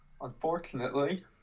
Unfortunately